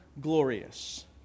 glorious